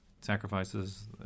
sacrifices